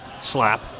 slap